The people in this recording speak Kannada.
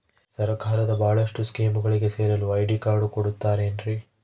ಸರ್ಕಾರದ ಬಹಳಷ್ಟು ಸ್ಕೇಮುಗಳಿಗೆ ಸೇರಲು ಐ.ಡಿ ಕಾರ್ಡ್ ಕೊಡುತ್ತಾರೇನ್ರಿ?